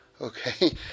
Okay